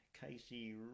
Casey